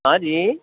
હા જી